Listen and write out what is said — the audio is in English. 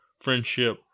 friendship